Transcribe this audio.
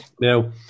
Now